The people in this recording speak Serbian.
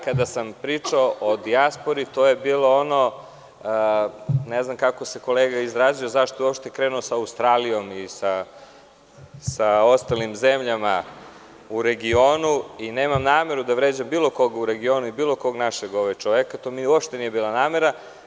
Kada sam pričao o dijaspori, ne znam kako se kolega izrazio, zašto je uopšte krenuo sa Australijom i sa ostalim zemljama u regionu, ali nisam imao nameru da vređam bilo koga u regionu i bilo kog našeg čoveka, to mi uopšte nije bila namera.